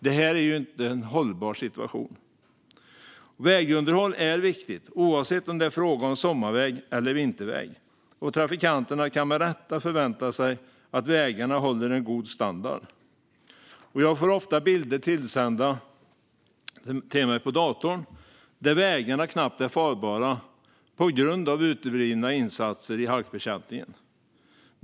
Detta är inte en hållbar situation. Vägunderhåll är viktigt oavsett om det är fråga om sommarväg eller vinterväg. Trafikanterna kan med rätta förvänta sig att vägarna håller en god standard. Jag får ofta bilder sända till mig i datorn där man ser att vägarna knappt är farbara på grund av uteblivna insatser i halkbekämpningen.